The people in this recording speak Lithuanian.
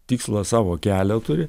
tikslą savo kelią turi